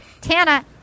Tana